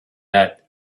that